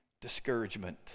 discouragement